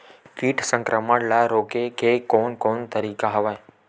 कीट संक्रमण ल रोके के कोन कोन तरीका हवय?